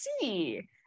see